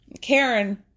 Karen